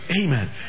Amen